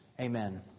Amen